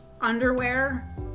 underwear